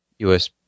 USB